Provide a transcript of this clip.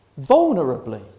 vulnerably